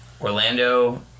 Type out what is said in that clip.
Orlando